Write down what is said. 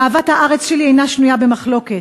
אהבת הארץ שלי אינה שנויה במחלוקת,